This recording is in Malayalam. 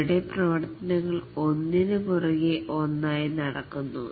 ഇവിടെ പ്രവർത്തനങ്ങൾ ഒന്നിന് പുറകെ ഒന്നായി നടക്കുന്നു